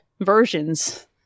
versions